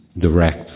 direct